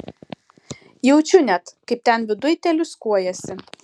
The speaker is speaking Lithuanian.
jaučiu net kaip ten viduj teliūskuojasi